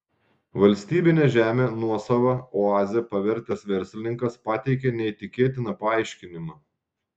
valstybinę žemę nuosava oaze pavertęs verslininkas pateikė neįtikėtiną paaiškinimą